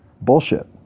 Bullshit